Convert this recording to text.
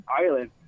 island